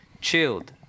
chilled